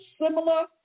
similar